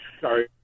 Sorry